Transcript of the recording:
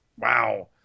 Wow